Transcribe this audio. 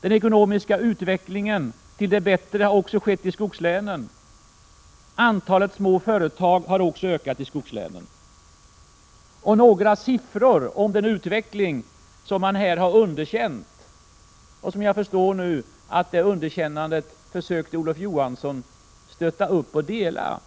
Den ekonomiska utvecklingen till det bättre har skett också i skogslänen. Antalet små företag har ökat också i skogslänen. Sedan vill jag nämna några siffror om denna utveckling som Olof Johansson har underkänt. Jag förstår nu att han försökte stötta upp och dela detta underkännande.